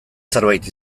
zerbait